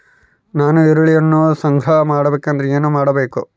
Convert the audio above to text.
ನಾನು ಈರುಳ್ಳಿಯನ್ನು ಸಂಗ್ರಹ ಮಾಡಬೇಕೆಂದರೆ ಏನು ಮಾಡಬೇಕು?